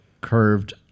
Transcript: curved